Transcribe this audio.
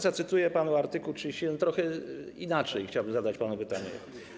Zacytuję art. 31, gdyż trochę inaczej chciałbym zadać panu pytanie.